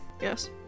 yes